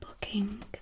booking